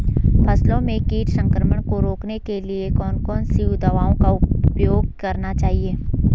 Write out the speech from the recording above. फसलों में कीट संक्रमण को रोकने के लिए कौन कौन सी दवाओं का उपयोग करना चाहिए?